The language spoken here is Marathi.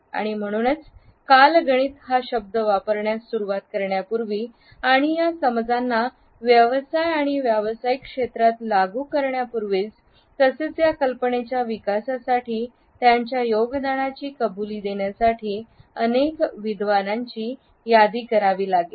आणि म्हणूनच कालगणित हा शब्द वापरण्यास सुरवात करण्यापूर्वी आणि या समजांना व्यवसाय आणि व्यावसायिक क्षेत्रात लागू करण्यापूर्वीच तसेच या कल्पनेच्या विकासासाठी त्यांच्या योगदानाची कबुली देण्यासाठी अनेक विद्वानांची यादी करावी लागेल